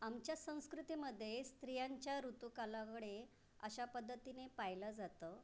आमच्या संस्कृतीमध्ये स्त्रियांच्या ऋतुकालाकडे अशा पद्धतीने पाहिलं जातं